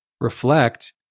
reflect